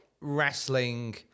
wrestling